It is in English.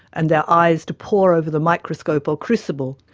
and their eyes to pore over the microscope or crucible,